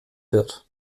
wird